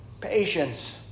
Patience